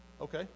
Okay